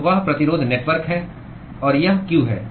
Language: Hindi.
तो वह प्रतिरोध नेटवर्क है और यह q है